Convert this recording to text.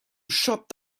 shut